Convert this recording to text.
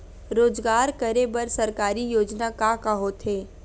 रोजगार करे बर सरकारी योजना का का होथे?